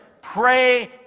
Pray